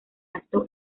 acto